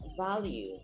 value